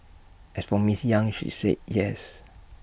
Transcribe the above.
as for miss yang she said yes